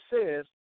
says